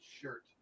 shirt